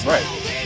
Right